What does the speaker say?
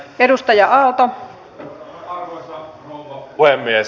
arvoisa rouva puhemies